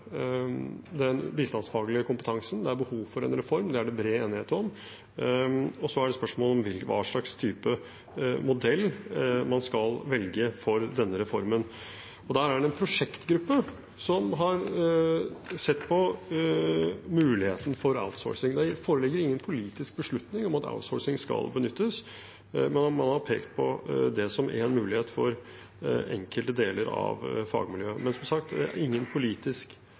den bistandsfaglige kompetansen. Det er behov for en reform, det er det bred enighet om. Og så er det spørsmål om hva slags type modell man skal velge for denne reformen. Der er det en prosjektgruppe som har sett på muligheten for outsourcing. Det foreligger ingen politisk beslutning om at outsourcing skal benyttes, men man har pekt på det som en mulighet for enkelte deler av fagmiljøet. Men som sagt, det er ingen politisk